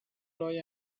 لای